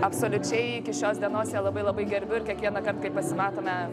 absoliučiai iki šios dienos ją labai labai gerbiu ir kiekvienąkart kai pasimatome